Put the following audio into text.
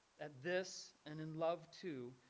at this end in love, too,